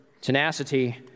tenacity